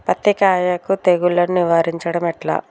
పత్తి కాయకు తెగుళ్లను నివారించడం ఎట్లా?